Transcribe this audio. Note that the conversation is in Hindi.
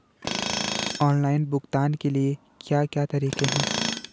ऑनलाइन भुगतान के क्या क्या तरीके हैं?